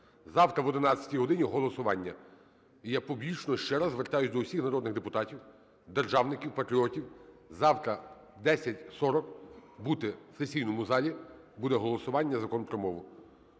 Завтра об 11 годині голосування. І я публічно ще раз звертаюся до усіх народних депутатів державників, патріотів, завтра о 10:40 бути в сесійному залі, буде голосування Закону про мову.